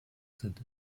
sind